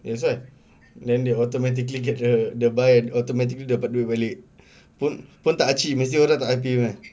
that's why then they automatically capture the buy and automatic dapat duit balik pun pun tak achieve mesti orang argue punya